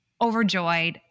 overjoyed